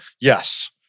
Yes